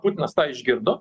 putinas tą išgirdo